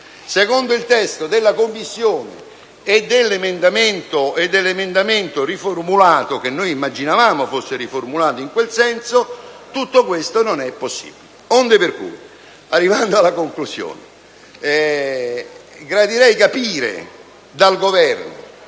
Secondo il testo della Commissione e dell'emendamento riformulato - che noi immaginavamo fosse riformulato in quel senso - tutto questo non è possibile. Pertanto, arrivando alla conclusione, gradirei capire dal Governo